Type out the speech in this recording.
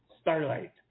Starlight